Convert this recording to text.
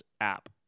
app